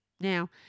Now